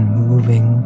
moving